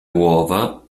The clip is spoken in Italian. uova